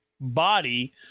body